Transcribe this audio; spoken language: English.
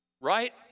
right